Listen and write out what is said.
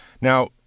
Now